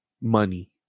money